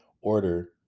order